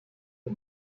del